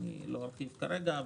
לא ארחיב כרגע,